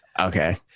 Okay